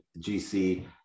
GC